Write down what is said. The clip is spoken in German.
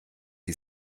die